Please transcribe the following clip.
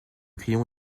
crayon